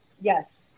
Yes